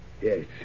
Yes